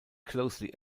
closely